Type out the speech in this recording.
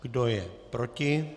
Kdo je proti?